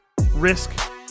risk